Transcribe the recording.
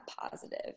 positive